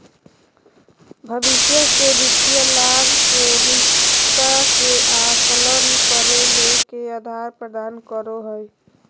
भविष्य के वित्तीय लाभ के निष्पक्षता के आकलन करे ले के आधार प्रदान करो हइ?